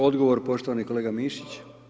Odgovor poštovani kolega Mišić.